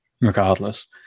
regardless